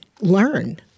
learn